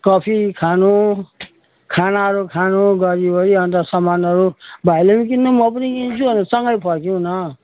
coffee खानु खानाहरू खानु गरिवरि अन्त सामानहरू भाइले पनि किन्नु म पनि किन्छु अनि सँगै फर्कौँ न